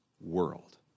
world